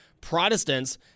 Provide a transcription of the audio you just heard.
Protestants